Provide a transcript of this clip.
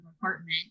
apartment